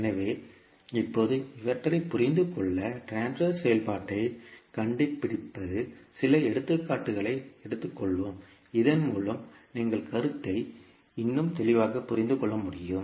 எனவே இப்போது இவற்றைப் புரிந்து கொள்ள ட்ரான்ஸ்பர் செயல்பாட்டைக் கண்டுபிடிப்பது சில எடுத்துக்காட்டுகளை எடுத்துக்கொள்வோம் இதன் மூலம் நீங்கள் கருத்தை இன்னும் தெளிவாக புரிந்து கொள்ள முடியும்